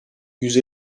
yüz